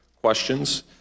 questions